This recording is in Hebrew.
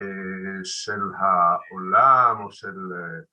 של העולם או של...